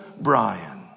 Brian